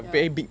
ya